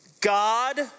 God